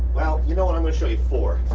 well, you know what? i'm gonna show you four,